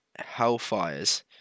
hellfires